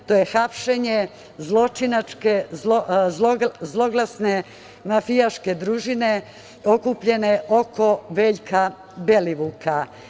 To je hapšenje zloglasne mafijaške družine okupljene oko Veljka Belivuka.